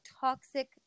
toxic